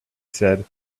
said